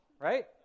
right